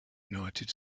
united